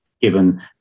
given